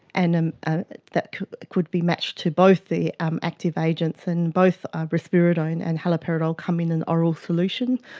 and and ah that could be matched to both the um active agents, and both ah risperidone and haloperidol come in an oral solution,